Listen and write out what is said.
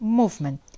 movement